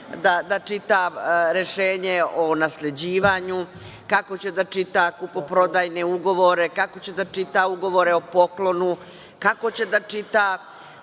da čita rešenje o nasleđivanju, kako će da čita kupoprodajne ugovore, kako će da čita ugovore o poklonu, kako će da čita